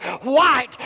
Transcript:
white